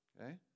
Okay